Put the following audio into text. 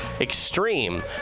extreme